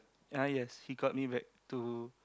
ya yes he called me back to